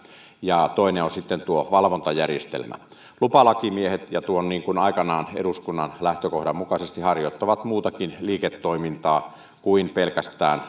toinen on sitten valvontajärjestelmä lupalakimiehet ja tuo on aikanaan eduskunnan lähtökohdan mukaisesti harjoittavat muutakin liiketoimintaa kuin pelkästään